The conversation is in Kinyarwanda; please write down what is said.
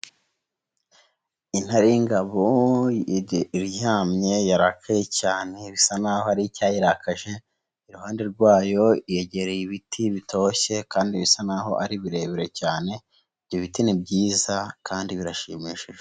Intare y'ingabo iryamye yarakaye cyane bisa naho hari icyayirakaje. Iruhande rwayo yegereye ibiti bitoshye kandi bisa naho ari birebire cyane. Ibyo biti ni byiza kandi birashimishije.